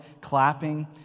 clapping